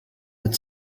that